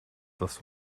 das